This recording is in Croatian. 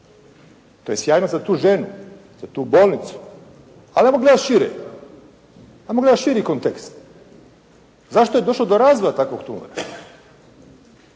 to je sjajno za tu ženu, tu bolnicu, ali ajmo gledati šire, ajmo gledati širi kontekst, zašto je došlo do razvoja takvog tumora?